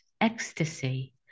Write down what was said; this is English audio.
ecstasy